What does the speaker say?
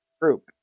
group